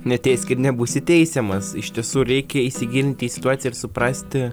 neteisk ir nebūsi teisiamas iš tiesų reikia įsigilinti į situaciją ir suprasti